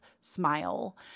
smile